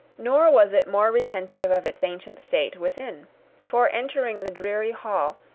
nor was it more retentive of its ancient state, within for entering the dreary hall,